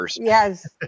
Yes